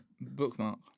bookmark